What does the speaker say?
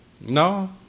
No